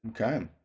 okay